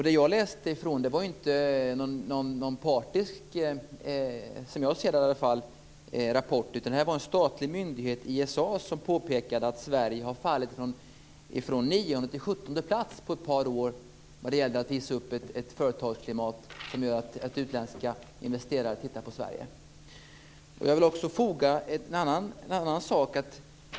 Det jag läste ifrån var inte, som jag ser det i varje fall, någon partisk rapport. Det var en statlig myndighet, ISA, som påpekade att Sverige har fallit från nionde till sjuttonde plats på ett par år när det gäller att visa upp ett företagsklimat som gör att utländska investerare tittar på Sverige. Jag vill också tillfoga en annan sak.